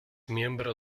miembro